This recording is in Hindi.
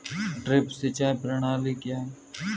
ड्रिप सिंचाई प्रणाली क्या है?